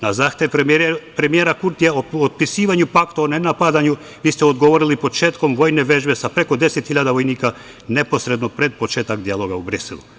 Na zahtev premijera Kurtija o potpisivanju pakta o nenapadanju vi ste odgovorili početkom vojne vežbe sa preko 10.000 vojnika neposredno pred početak dijaloga u Briselu.